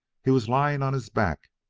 he was lying on his back,